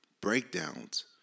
breakdowns